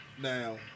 Now